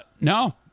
no